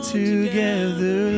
together